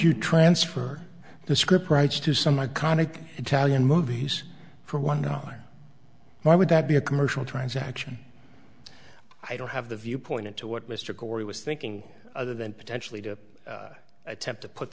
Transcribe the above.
you transfer the script rights to some iconic italian movie for one dollar why would that be a commercial transaction i don't have the viewpoint into what mr corey was thinking other than potentially to attempt to put